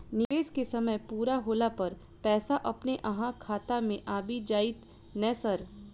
निवेश केँ समय पूरा होला पर पैसा अपने अहाँ खाता मे आबि जाइत नै सर?